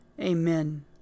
Amen